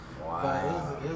Wow